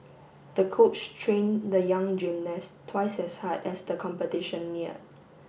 the coach trained the young gymnast twice as hard as the competition neared